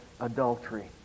adultery